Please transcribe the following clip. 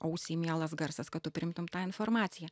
ausiai mielas garsas kad tu priimtum tą informaciją